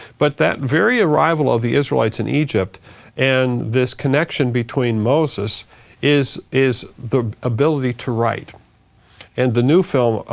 but that very arrival of the israelites in egypt and this connection between moses is is the ability to write and the new film,